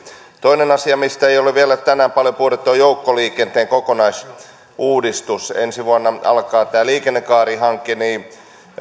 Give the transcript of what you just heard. toinen asia mistä ei ole vielä tänään paljon puhuttu on joukkoliikenteen kokonaisuudistus ensi vuonna alkaa tämä liikennekaarihanke ja